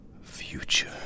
future